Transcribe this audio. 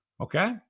Okay